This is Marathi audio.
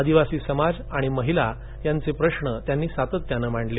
आदिवासी समाज आणि महिला यांचे प्रश्न त्यांनी सातत्याने मांडले